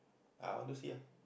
ah I want to see ah